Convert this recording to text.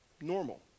normal